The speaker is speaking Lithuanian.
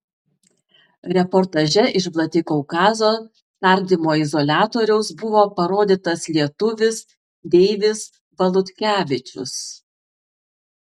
reportaže iš vladikaukazo tardymo izoliatoriaus buvo parodytas lietuvis deivis valutkevičius